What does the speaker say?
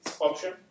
option